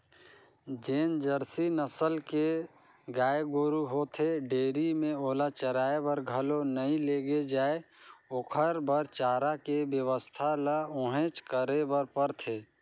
जेन जरसी नसल के गाय गोरु होथे डेयरी में ओला चराये बर घलो नइ लेगे जाय ओखर बर चारा के बेवस्था ल उहेंच करे बर परथे